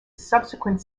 subsequent